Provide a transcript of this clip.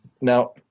Now